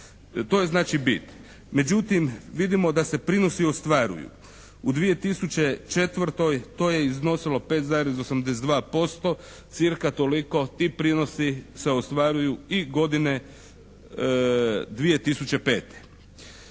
To je znači bit. Međutim, vidimo da se prinosi ostvaruju. U 2004. to je iznosilo 5,82% cca toliko i prinosi se ostvaruju i godine 2005.